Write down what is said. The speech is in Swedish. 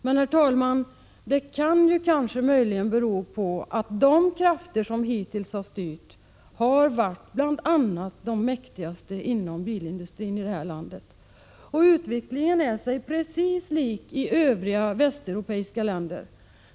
Men, herr talman, att vi inte fått stöd för detta kan möjligen bero på att det bland de krafter som hittills har styrt har funnits de mäktigaste inom bilindustrin i det här landet. Utvecklingen är precis densamma i de övriga västeuropeiska länderna.